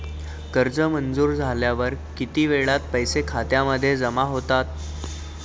कर्ज मंजूर झाल्यावर किती वेळात पैसे खात्यामध्ये जमा होतात?